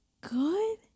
good